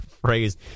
Phrase